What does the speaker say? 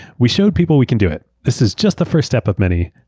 we showed people we can do it. this is just the first step of many.